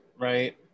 right